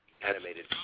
animated